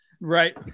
Right